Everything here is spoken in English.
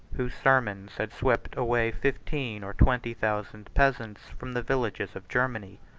whose sermons had swept away fifteen or twenty thousand peasants from the villages of germany.